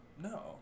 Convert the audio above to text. No